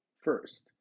first